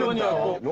ah no no